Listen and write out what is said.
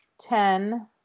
ten